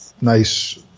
nice